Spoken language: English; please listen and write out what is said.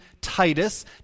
Titus